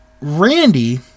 Randy